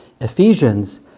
Ephesians